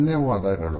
ಧನ್ಯವಾದಗಳು